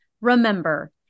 remember